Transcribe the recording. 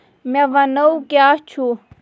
مےٚ وَنو کیٛاہ چھُ